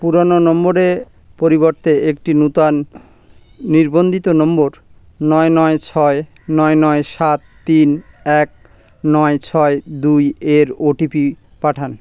পুরোনো নম্বরের পরিবর্তে একটি নূতন নির্বন্ধিত নম্বর নয় নয় ছয় নয় নয় সাত তিন এক নয় ছয় দুই এর ও টি পি পাঠান